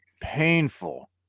painful